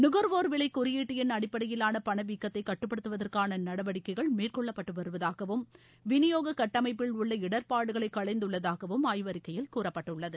நுகர்வோர் விளை குறியிட்டு என் அடிப்படையிலான பன வீக்கத்தை கட்டுப்படுத்துவதற்கான நடவடிக்கைகள் மேற்கொள்ளப்பட்டு வருவதாகவும் விநியோக கட்டமைப்பில் உள்ள இடர்பாடுகளை களைந்துள்ளதாகவும் ஆய்வறிக்கையில் கூறப்பட்டுள்ளது